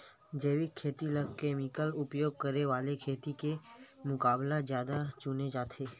जैविक खेती ला केमिकल उपयोग करे वाले खेती के मुकाबला ज्यादा चुने जाते